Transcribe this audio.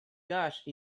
gash